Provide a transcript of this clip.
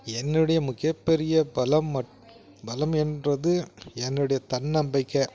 என்னுடைய மிக பெரிய பலம் மட் பலம் என்பது என்னோடய தன்னம்பிக்கை